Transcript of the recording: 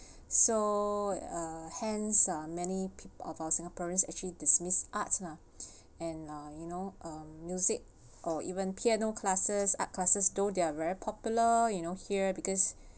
so uh hence uh many people of our singaporeans actually dismiss arts lah and uh you know uh music or even piano classes art classes though they're very popular you know here because